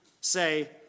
say